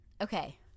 Okay